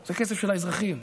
זה כסף של האזרחים,